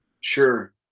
Sure